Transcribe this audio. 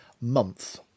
month